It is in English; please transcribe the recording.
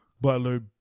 Butler